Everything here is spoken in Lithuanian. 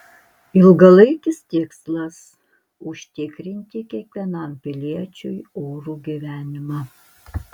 ilgalaikis tikslas užtikrinti kiekvienam piliečiui orų gyvenimą